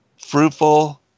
fruitful